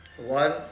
One